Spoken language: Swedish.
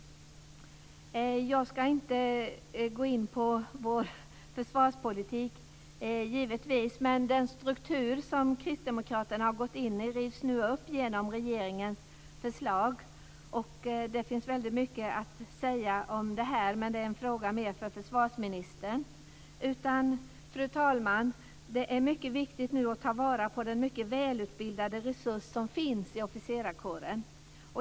Jag ska givetvis inte gå in på vår försvarspolitik, men den struktur som Kristdemokraterna gått in i rivs nu upp genom regeringens förslag. Det finns mycket att säga om detta, men det är mer en fråga för försvarsministern. Fru talman! Det är nu viktigt att ta vara på den mycket välutbildade resurs som finns i officerskåren.